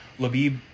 Labib